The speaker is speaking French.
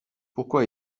pourquoi